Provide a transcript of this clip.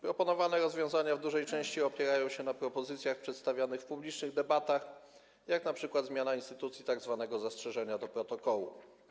Proponowane rozwiązania w dużej części opierają się na propozycjach przedstawianych podczas publicznych debat, jak np. zmiana instytucji tzw. zastrzeżenia do protokołu.